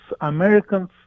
Americans